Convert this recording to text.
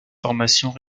formations